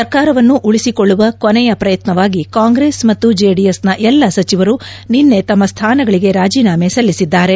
ಸರ್ಕಾರವನ್ನು ಉಳಿಸಿಕೊಳ್ಳುವ ಕೊನೆಯ ಪ್ರಯತ್ನವಾಗಿ ಕಾಂಗ್ರೆಸ್ ಮತ್ತು ಜೆಡಿಎಸ್ನ ಎಲ್ಲಾ ಸಚಿವರು ನಿನ್ನೆ ತಮ್ಮ ಸ್ಥಾನಗಳಿಗೆ ರಾಜಿನಾಮೆ ಸಲ್ಲಿಸಿದ್ದಾರೆ